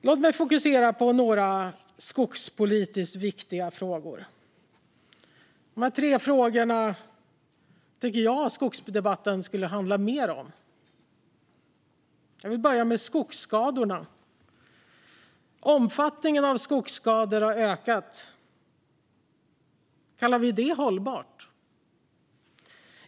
Låt mig fokusera på några skogspolitiskt viktiga frågor. Dessa tre frågor tycker jag att skogsdebatten skulle handla mer om. Jag vill börja med skogsskadorna. Deras omfattning har ökat. Kallar vi det hållbart?